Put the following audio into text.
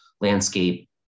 landscape